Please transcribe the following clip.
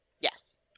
Yes